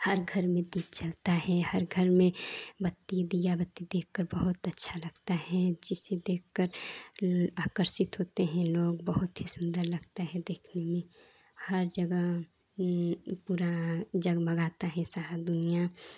हर घर में दीप जलता है हर घर में बत्ती दीया बत्ती देखकर बहुत अच्छा लगता है जिसे देखकर आकर्षित होते हैं लोग बहुत ही सुन्दर लगता है देखने में हर जगह पूरा जगमगाता है पूरा शहर दुनिया